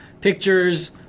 pictures